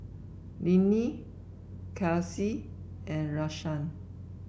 Linnie Kelsea and Rashaan